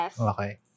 okay